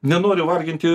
nenoriu varginti